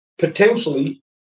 potentially